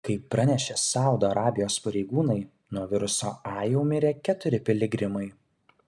kaip pranešė saudo arabijos pareigūnai nuo viruso a jau mirė keturi piligrimai